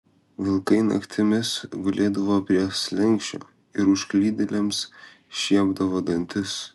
vilkai naktimis gulėdavo prie slenksčio ir užklydėliams šiepdavo dantis